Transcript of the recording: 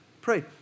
Pray